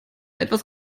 etwas